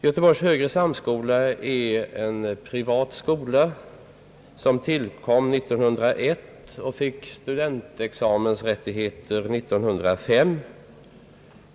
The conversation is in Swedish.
Göteborgs högre samskola är en privat skola som tillkom år 1901 och fick studentexamensrättigheter 1905.